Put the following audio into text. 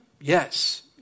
Yes